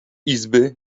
izby